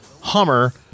Hummer